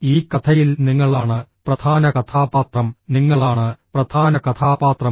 ഈ കഥയിൽ നിങ്ങളാണ് പ്രധാന കഥാപാത്രം നിങ്ങളാണ് പ്രധാന കഥാപാത്രം